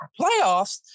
playoffs